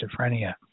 schizophrenia